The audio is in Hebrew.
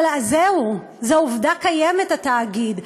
אבל זהו, זו עובדה קיימת, התאגיד.